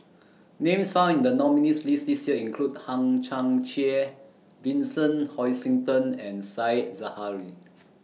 Names found in The nominees' list This Year include Hang Chang Chieh Vincent Hoisington and Said Zahari